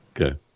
Okay